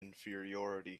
inferiority